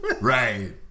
Right